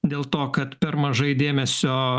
dėl to kad per mažai dėmesio